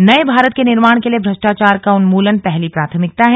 नये भारत के निर्माण के लिए भ्रष्टाचार का उन्मूलन पहली प्राथमिकता है